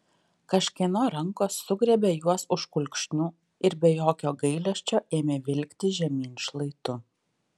kažkieno rankos sugriebė juos už kulkšnių ir be jokio gailesčio ėmė vilkti žemyn šlaitu